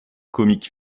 comique